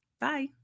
bye